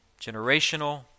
generational